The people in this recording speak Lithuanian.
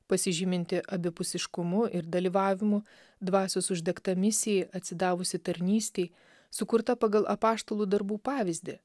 pasižyminti abipusiškumu ir dalyvavimu dvasios uždegta misijai atsidavusi tarnystei sukurta pagal apaštalų darbų pavyzdį